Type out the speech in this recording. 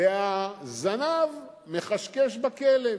והזנב מכשכש בכלב.